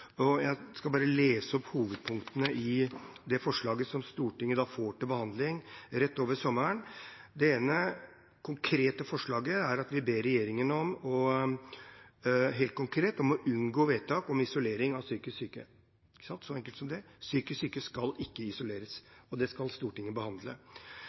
situasjonen. Jeg skal referere hovedpunktene i det forslaget som Stortinget får til behandling rett over sommeren. Det ene konkrete forslaget er at vi ber regjeringen helt konkret om å unngå vedtak om isolering av psykisk syke – så enkelt som det. Psykisk syke skal ikke isoleres. Dette skal Stortinget behandle.